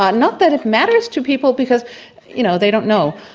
not not that it matters to people because you know they don't know,